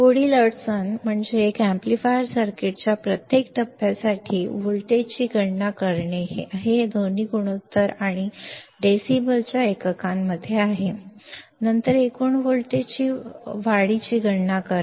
पुढील अडचण म्हणजे या एम्पलीफायर सर्किटच्या प्रत्येक टप्प्यासाठी व्होल्टेज वाढीची गणना करणे हे दोन्ही गुणोत्तर आणि डेसिबलच्या एककांमध्ये आहे नंतर एकूण व्होल्टेज वाढीची गणना करा